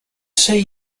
say